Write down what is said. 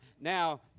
Now